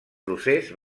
procés